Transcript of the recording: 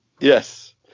Yes